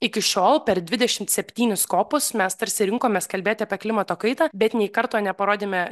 iki šiol per dvidešimt septynis kopus mes tarsi rinkomės kalbėt apie klimato kaitą bet nei karto ne parodėme